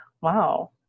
wow